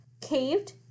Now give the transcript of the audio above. caved